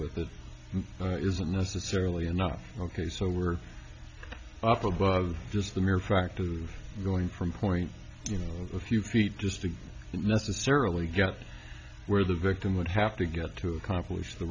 with that isn't necessarily enough ok so we're up above just the mere fact of going from point you know a few feet just to let the surly get where the victim would have to get to accomplish the